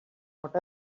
what